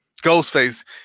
Ghostface